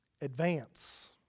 Advance